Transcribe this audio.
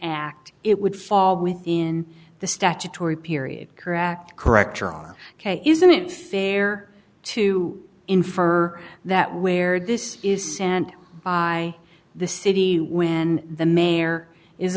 act it would fall within the statutory period correct correct are ok isn't it fair to infer that where this is sent by the city when the mayor is